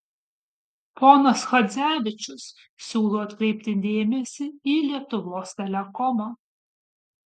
ponas chadzevičius siūlo atkreipti dėmesį į lietuvos telekomą